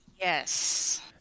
Yes